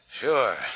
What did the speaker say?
Sure